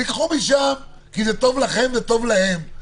תיקחו משם, כי זה טוב לכם וטוב להם.